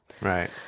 Right